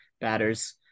batters